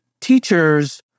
teachers